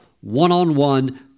one-on-one